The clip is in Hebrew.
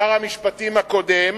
שר המשפטים הקודם